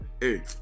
hey